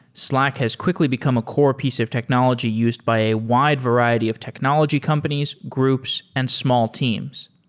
slack has quickly become a core piece of technology used by a wide variety of technology companies, groups and small teams.